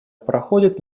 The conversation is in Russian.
проходит